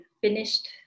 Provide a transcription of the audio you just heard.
finished